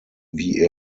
wie